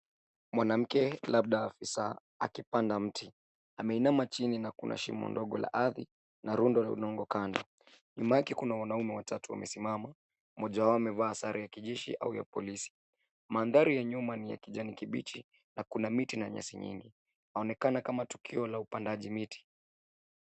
Mwanamke labda afisa, akipanda mti. Ameinama chini na kuna shimo ndogo la ardhi na rundo la udongo kando. Nyuma yake kuna wanaume watatu wamesimama , mmoja wao amevaa sare ya kijeshi au ya polisi. Mandhari ya nyuma ni ya kijani kibichi na kuna miti na nyasi nyingi. Inaonekana kama tukio la upandaji miti.